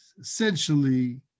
Essentially